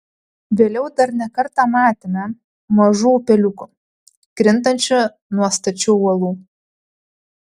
vėliau dar ne kartą matėme mažų upeliukų krintančių nuo stačių uolų